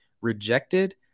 rejected